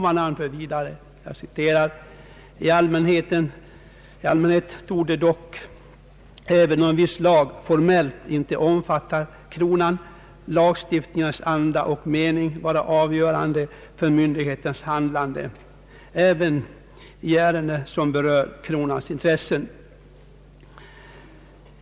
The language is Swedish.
Man anför vidare: »I allmänhet torde dock — även om en viss lag formellt inte omfattar kronan — lagstiftningens anda och mening vara avgörande för myndighetens handlande även i ärenden som berör kronans intressen.